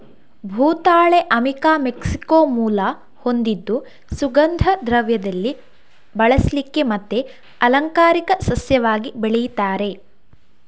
ಭೂತಾಳೆ ಅಮಿಕಾ ಮೆಕ್ಸಿಕೋ ಮೂಲ ಹೊಂದಿದ್ದು ಸುಗಂಧ ದ್ರವ್ಯದಲ್ಲಿ ಬಳಸ್ಲಿಕ್ಕೆ ಮತ್ತೆ ಅಲಂಕಾರಿಕ ಸಸ್ಯವಾಗಿ ಬೆಳೀತಾರೆ